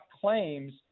claims